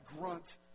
grunt